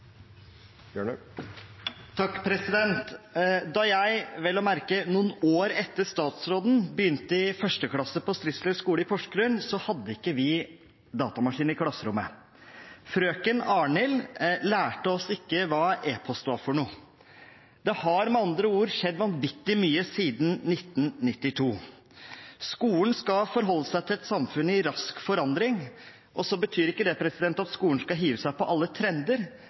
Da jeg – vel å merke noen år etter statsråden – begynte i 1. klasse på Stridsklev skole i Porsgrunn, hadde ikke vi datamaskin i klasserommet. Frøken Arnhild lærte oss ikke hva e-post var for noe. Det har med andre ord skjedd vanvittig mye siden 1992. Skolen skal forholde seg til et samfunn i rask forandring. Det betyr ikke at skolen skal hive seg på alle trender,